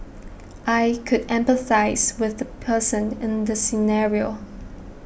I could empathise with the person in the scenario